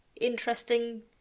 interesting